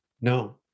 No